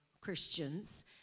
Christians